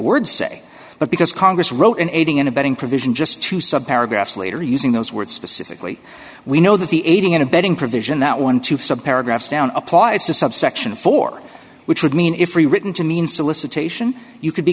words say but because congress wrote an aiding and abetting provision just two sub paragraphs later using those words specifically we know that the aiding and abetting provision that one to sub paragraphs down applies to subsection four which would mean if we written to mean solicitation you could be